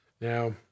now